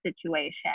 situation